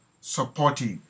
supportive